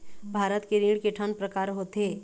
भारत के ऋण के ठन प्रकार होथे?